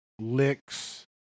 licks